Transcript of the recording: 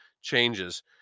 changes